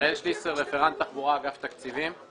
רפרנט תחבורה, אגף תקציבים.